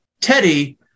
Teddy